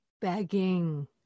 begging